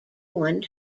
one